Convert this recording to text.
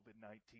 COVID-19